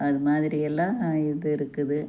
அதுமாதிரியெல்லாம் இது இருக்குது